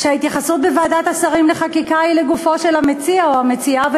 שההתייחסות בוועדת שרים לחקיקה היא לגופו של המציע או המציעה,